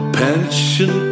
pension